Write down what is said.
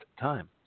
time